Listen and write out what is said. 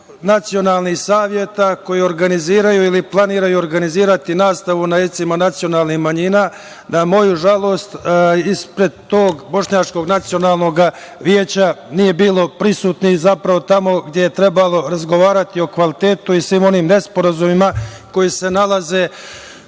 nacionalnih saveta koji organizuju ili planiraju organizovati nastavu na jezicima nacionalnih manjina, na moju žalost ispred tog Bošnjačkog nacionalnog veća nije bilo prisutnih. Zapravo tamo gde je trebalo razgovarati o kvalitetu i svim onim nesporazumima koji se nalaze